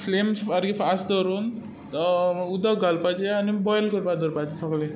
flame सारकी fast दवरून उदक घालपाचें आनी बॉयल करपाक दवरपाचेें सगळें